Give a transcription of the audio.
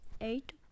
eight